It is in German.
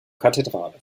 kathedrale